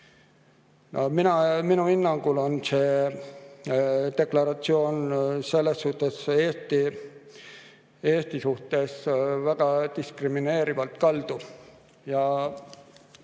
Minu hinnangul on see deklaratsioon Eesti suhtes väga diskrimineerivalt kaldu.